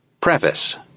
Preface